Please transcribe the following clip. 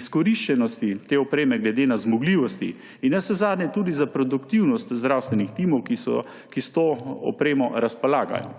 izkoriščenosti te opreme glede na zmogljivosti in navsezadnje tudi za produktivnost zdravstvenih timov, ki s to opremo razpolagajo.